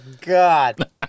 God